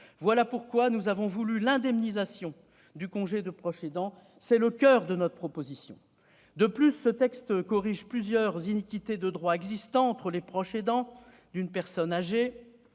C'est pourquoi nous avons voulu instaurer l'indemnisation du congé de proche aidant : c'est le coeur de notre proposition de loi. De plus, ce texte corrige plusieurs iniquités de droits entre proches aidants d'une personne âgée